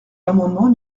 l’amendement